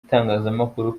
itangazamakuru